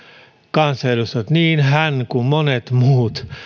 kansanedustajat niin hän kuin monet muut